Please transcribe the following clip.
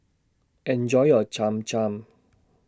Enjoy your Cham Cham